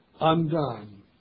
undone